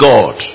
God